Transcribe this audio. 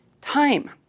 Time